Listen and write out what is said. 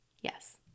Yes